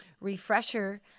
refresher